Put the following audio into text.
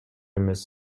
эмес